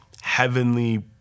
heavenly